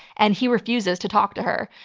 and he refuses to talk to her.